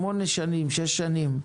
שמונה שנים, שש שנים,